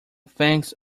thanks